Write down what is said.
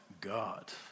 God